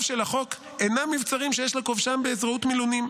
של החוק אינן מבצרים שיש לכובשם בעזרת מילונים,